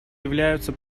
являются